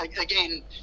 again